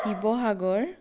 Sivasagar